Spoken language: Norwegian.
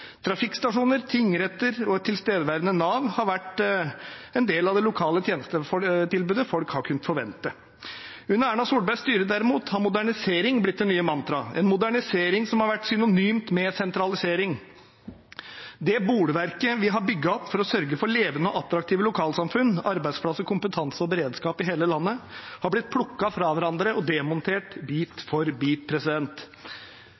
Trafikkstasjoner, tingretter og et tilstedeværende Nav har vært en del av det lokale tjenestetilbudet folk har kunnet forvente. Under Erna Solbergs styre har derimot modernisering blitt det nye mantraet, en modernisering som har vært synonymt med sentralisering. Det bolverket vi har bygget opp for å sørge for levende og attraktive lokalsamfunn, arbeidsplasser, kompetanse og beredskap i hele landet, har blitt plukket fra hverandre og demontert